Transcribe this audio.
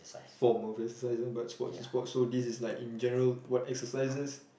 form of exercise ah but sports is sports so this is like in general what exercises